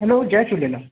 हलो जय झूलेलाल